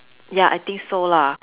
ya I think so lah